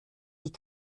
die